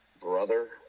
brother